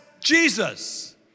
Jesus